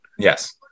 Yes